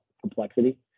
complexity